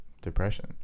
depression